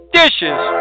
dishes